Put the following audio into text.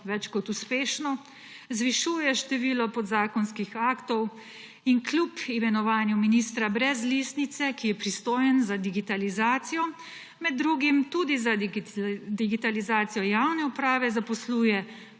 več kot uspešno, zvišuje število podzakonskih aktov in kljub imenovanju ministra brez listnice, ki je pristojen za digitalizacijo, med drugim tudi za digitalizacijo javne uprave, zaposluje